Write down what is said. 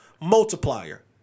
multiplier